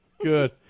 Good